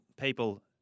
people